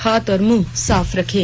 हाथ और मुंह साफ रखें